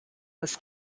was